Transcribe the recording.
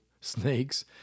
snakes